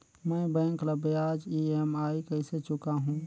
मैं बैंक ला ब्याज ई.एम.आई कइसे चुकाहू?